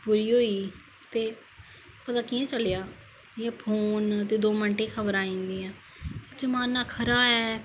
पुरी होई गेई ते पता किया चलया जियां फोन ते दो मिन्ट च खब़र आई जंदियां जमाना खरा ऐ